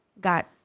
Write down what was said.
got